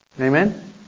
Amen